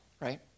right